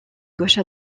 gauche